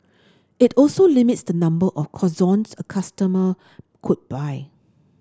it also limits the number of croissants a customer could buy